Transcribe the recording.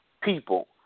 people